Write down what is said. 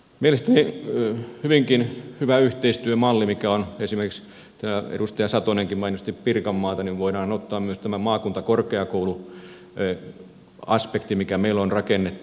mielestäni hyvinkin hyvä yhteistyömalli on esimerkiksi täällä edustaja satonenkin mainosti pirkanmaatani voidaan ottaa myös tämän pirkanmaata tämä maakuntakorkeakouluaspekti mikä meillä on rakennettu